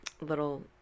little